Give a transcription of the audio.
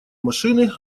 машины